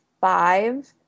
five